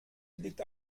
liegt